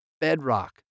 bedrock